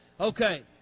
Okay